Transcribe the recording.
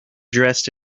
dressed